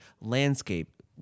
landscape